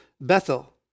Bethel